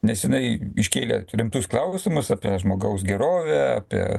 nes jinai iškėlė rimtus klausimus apie žmogaus gerovę apie